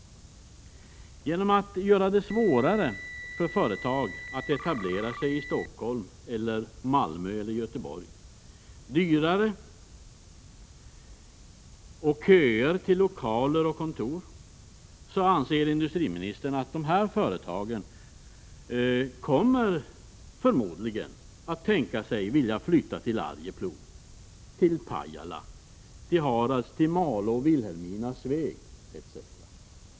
Genom att göra det svårare, dvs. dyrare och besvärligare med köer till lokaler och kontor, för företag att etablera sig i Stockholm, Malmö eller Göteborg hoppas industriministern att dessa företag kommer att kunna tänka sig vilja flytta till Arjeplog, Pajala, Hadars, Malå, Vilhelmina, Sveg etc.